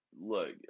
Look